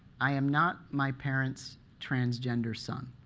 i am not my parents' transgender son.